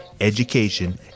education